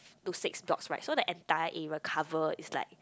to six docks right so the entire area covers it's like